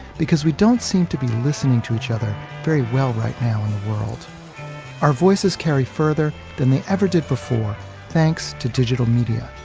because we don't seem to be listening to each other very well right now in the world our voices carry further than they ever did before thanks to digital media.